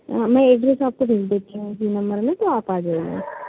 मैं एड्रेस आपको भेज देती हूँ इसी नंबर में तो आप आ